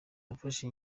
nafashe